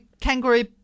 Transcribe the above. kangaroo